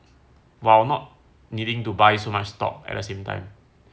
while not needing to buy so much stock at the same time